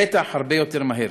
בטח הרבה יותר מהר.